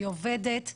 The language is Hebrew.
היא עובדת.